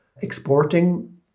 Exporting